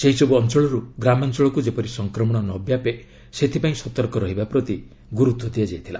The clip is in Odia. ସେହିସବୁ ଅଞ୍ଚଳରୁ ଗ୍ରାମାଞ୍ଚଳକୁ ଯେପରି ସଫକ୍ରମଣ ନ ବ୍ୟାପେ ସେଥିପାଇଁ ସତର୍କ ରହିବା ପ୍ରତି ଗୁରୁତ୍ୱ ଦିଆଯାଇଥିଲା